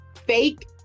fake